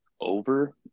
over